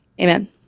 amen